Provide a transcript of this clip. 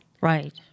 right